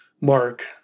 Mark